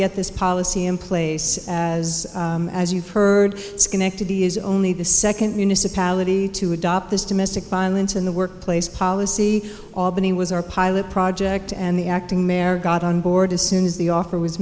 get this policy in place as as you've heard schenectady is only the second municipality to adopt this domestic violence in the workplace policy albany was our pilot project and the acting mayor got on board as soon as the offer was